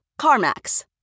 CarMax